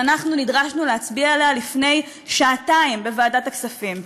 שאנחנו נדרשנו להצביע עליה לפני שעתיים בוועדת הכספים.